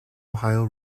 ohio